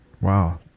Wow